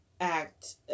act